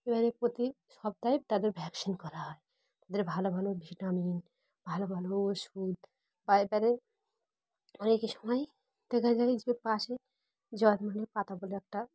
এবারে প্রতি সপতাহে তাদের ভ্যাকসিন করা হয় তাদের ভালো ভালো ভিটামিন ভালো ভালো ওষুধ বা এবারে অনেকই সময় দেখা যায় যে পাশে জ্বলমূলে পাতা বলে একটা